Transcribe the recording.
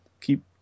keep